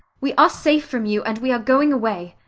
we are safe from you, and we are going away.